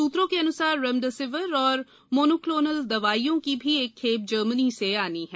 सूत्रो के अन्सार रेमडेसिविर और मोनोक्लोनल दवाइयों की भी एक खेप जर्मनी से आनी है